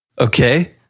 Okay